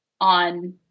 on